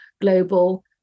global